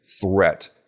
threat